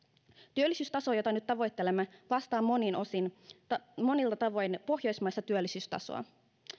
työllisyystaso jota nyt tavoittelemme vastaa monilla tavoin pohjoismaista työllisyystasoa